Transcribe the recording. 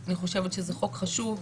אני חושבת שזה חוק חשוב.